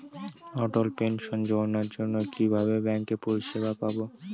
অটল pension যোজনার জন্য কিভাবে ব্যাঙ্কে পরিষেবা পাবো?